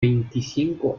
veinticinco